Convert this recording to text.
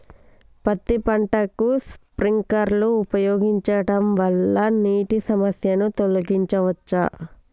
పత్తి పంటకు స్ప్రింక్లర్లు ఉపయోగించడం వల్ల నీటి సమస్యను తొలగించవచ్చా?